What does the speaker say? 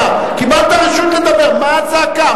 קיבלת רשות לדבר, מה הצעקה?